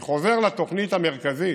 אני חוזר לתוכנית המרכזית